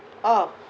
oh